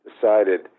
decided